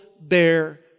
bear